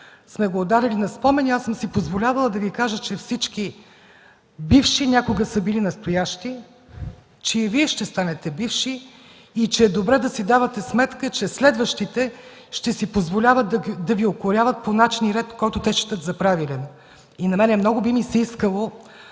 сме го ударили на спомени, аз съм си позволявала да Ви кажа, че всички бивши някога са били настоящи, че и Вие ще станете бивши и че е добре да си давате сметка, че следващите ще си позволяват да Ви укоряват по начин и ред, който те считат за правилен. На мен много би ми се искало тогава,